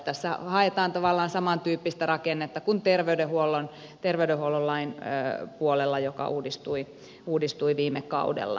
tässä haetaan tavallaan samantyyppistä rakennetta kuin terveydenhuollon lain puolella joka uudistui viime kaudella